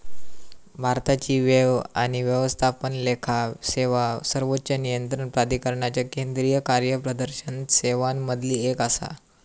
भारताची व्यय आणि व्यवस्थापन लेखा सेवा सर्वोच्च नियंत्रण प्राधिकरणाच्या केंद्रीय कार्यप्रदर्शन सेवांमधली एक आसा